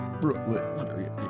Brooklyn